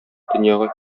дөньяга